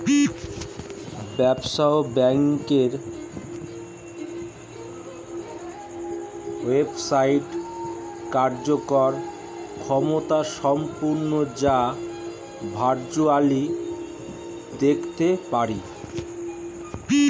ব্যবহার্য ব্যাংকের ওয়েবসাইট কার্যকর ক্ষমতাসম্পন্ন যা ভার্চুয়ালি দেখতে পারি